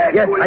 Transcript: Yes